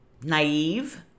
naive